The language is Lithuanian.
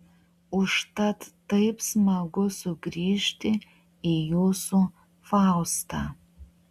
užtat taip smagu sugrįžti į jūsų faustą